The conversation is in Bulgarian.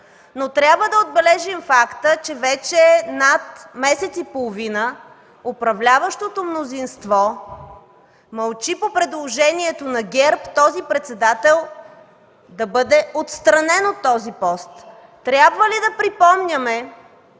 но трябва да отбележим факта, че вече над месец и половина управляващото мнозинство мълчи по предложението на ГЕРБ този председател да бъде отстранен от този пост. Трябва ли да припомняме